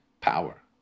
power